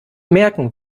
merken